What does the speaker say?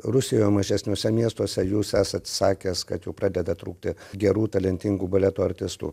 rusijoje mažesniuose miestuose jūs esat sakęs kad jau pradeda trūkti gerų talentingų baleto artistų